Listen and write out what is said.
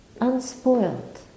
unspoiled